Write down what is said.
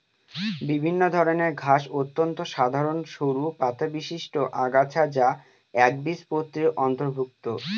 বিভিন্ন ধরনের ঘাস অত্যন্ত সাধারন সরু পাতাবিশিষ্ট আগাছা যা একবীজপত্রীর অন্তর্ভুক্ত